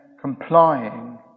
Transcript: complying